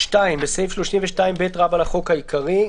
סעיף 32ב 2. בסעיף 32ב לחוק העיקרי,